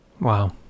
wow